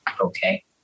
okay